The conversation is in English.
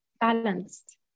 balanced